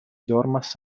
dormas